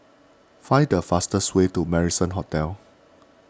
find the fastest way to Marrison Hotel